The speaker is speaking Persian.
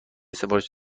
سفارش